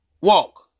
walk